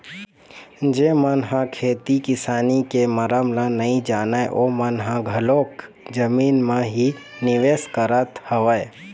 जेन मनखे मन ह खेती किसानी के मरम ल नइ जानय ओमन ह घलोक जमीन म ही निवेश करत हवय